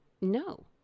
No